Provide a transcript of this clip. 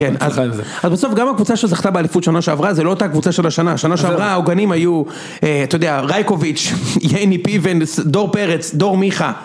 אז בסוף גם הקבוצה שזכתה באליפות שנה שעברה זה לא אותה קבוצה של השנה, שנה שעברה העוגנים היו, אתה יודע, ראיקוביץ', ייני, פיבן, דור פרץ, דור מיכה.